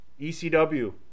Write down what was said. ECW